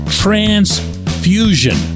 transfusion